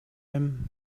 him